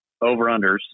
over-unders